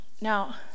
Now